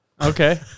Okay